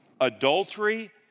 adultery